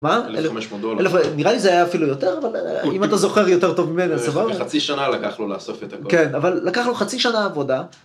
נראה לי זה היה אפילו יותר אבל אם אתה זוכר יותר טוב ממני סבבה? חצי שנה לקח לו לאסוף את הכל כן אבל לקח לו חצי שנה עבודה